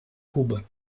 кубы